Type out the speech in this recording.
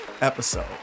episode